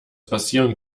passieren